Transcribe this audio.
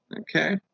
okay